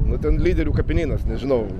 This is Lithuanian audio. nu ten lyderių kapinynas nežinau